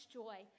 joy